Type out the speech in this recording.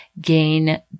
gain